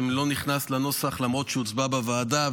לא נכנס לנוסח למרות שהצביעו בוועדה,